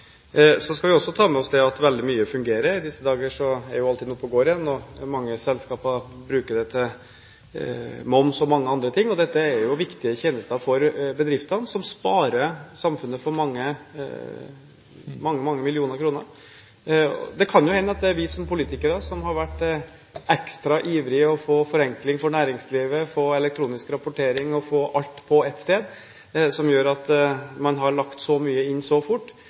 Så skal vi også ta med oss at veldig mye fungerer. I disse dager er jo Altinn oppe og går igjen, og mange selskaper bruker det til moms og mange andre ting. Dette er viktige tjenester for bedriftene, som sparer samfunnet for mange millioner kroner. Det kan jo hende at det er vi som politikere – som har vært ekstra ivrige etter å få forenkling for næringslivet, få elektronisk rapportering og få alt på ett sted – som har gjort at man har lagt så mye inn så fort.